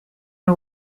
our